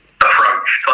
approach